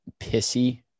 pissy